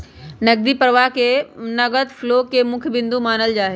नकदी प्रवाह के नगद फ्लो के मुख्य बिन्दु मानल जाहई